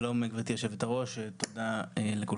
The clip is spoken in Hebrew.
שלום, גברתי יושבת-הראש, תודה לכולכם.